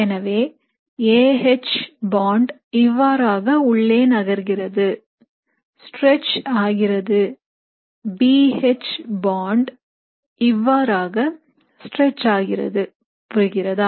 எனவே A H bond இவ்வாறாக உள்ளே நகர்கிறது stretch ஆகிறது B H bond இவ்வாறாக stretch ஆகிறது புரிகிறதா